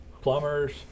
Plumbers